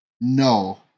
No